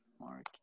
Mark